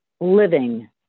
Living